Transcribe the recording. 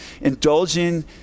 indulging